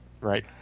right